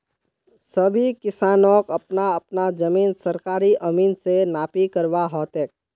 सभी किसानक अपना अपना जमीन सरकारी अमीन स नापी करवा ह तेक